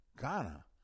Ghana